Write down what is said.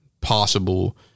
possible